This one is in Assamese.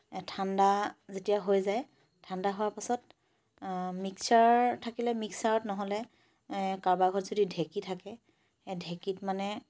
ঠাণ্ডা যেতিয়া হৈ যায় ঠাণ্ডা হোৱাৰ পাছত মিক্সাৰ থাকিলে মিক্সাৰত নহ'লে কাৰোবাৰ ঘৰত যদি ঢেকী থাকে ঢেকীত মানে